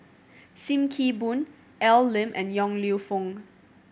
Sim Kee Boon Al Lim and Yong Lew Foong